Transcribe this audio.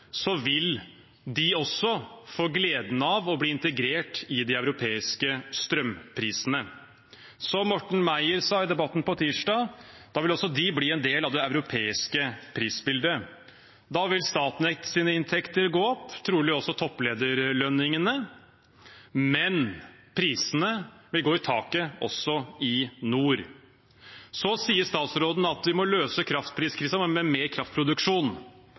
vil også de få gleden av å bli integrert i de europeiske strømprisene. Som Morten Andreas Meyer sa i Debatten på tirsdag, vil også de da bli en del av det europeiske prisbildet. Da vil Statnetts inntekter gå opp, trolig også topplederlønningene, men prisene vil gå i taket også i nord. Statsråden sier at vi må løse kraftpriskrisen med mer kraftproduksjon.